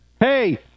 Hey